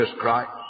Christ